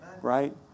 Right